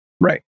right